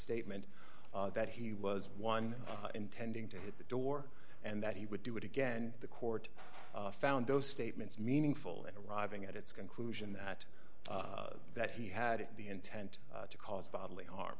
statement that he was one intending to hit the door and that he would do it again the court found those statements meaningful and arriving at its conclusion that that he had the intent to cause bodily harm